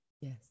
yes